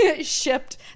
shipped